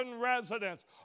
residents